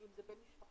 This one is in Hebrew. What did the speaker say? אם זה בן משפחה,